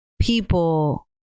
people